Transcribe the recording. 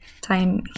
time